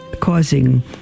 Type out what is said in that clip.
causing